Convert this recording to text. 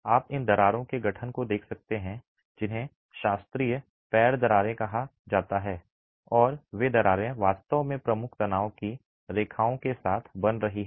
आप इन दरारों के गठन को देख सकते हैं जिन्हें शास्त्रीय पैर दरारें कहा जाता है और वे दरारें वास्तव में प्रमुख तनाव की रेखाओं के साथ बन रही हैं